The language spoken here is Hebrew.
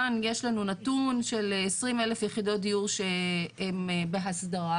כאן יש לנו נתון של 20,000 יחידות דיור שהם בהסדרה,